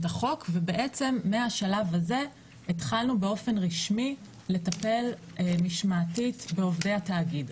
החוק ובעצם מהשלב הזה התחלנו באופן רשמי לטפל משמעתית בעובדי התאגיד,